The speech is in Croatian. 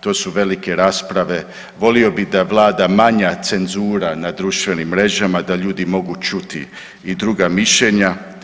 to su velike rasprave, volio bi da vlada manja cenzura na društvenim mrežama da ljudi mogu čuti i druga mišljenja.